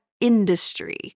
industry